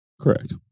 Correct